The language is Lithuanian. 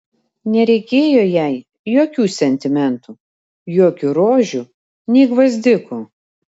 nereikėjo jai jokių sentimentų jokių rožių nei gvazdikų